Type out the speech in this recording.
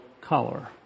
color